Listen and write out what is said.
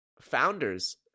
founders